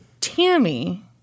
Tammy